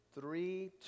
three